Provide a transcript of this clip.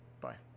Bye